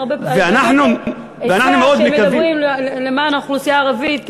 עצה: כשמדברים למען האוכלוסייה הערבית,